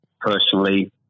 personally